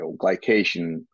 glycation